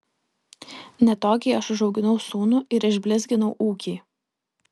ne tokiai aš užauginau sūnų ir išblizginau ūkį